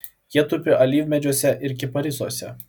jie tupi alyvmedžiuose ir kiparisuose